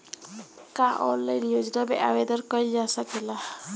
का ऑनलाइन योजना में आवेदन कईल जा सकेला?